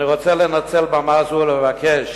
אני רוצה לנצל במה זו לבקש